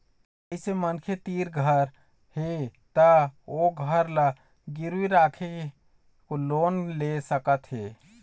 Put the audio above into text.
जइसे मनखे तीर घर हे त ओ घर ल गिरवी राखके लोन ले सकत हे